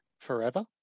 forever